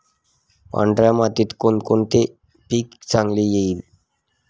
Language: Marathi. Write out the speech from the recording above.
पांढऱ्या मातीत कोणकोणते पीक चांगले येईल?